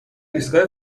ایستگاه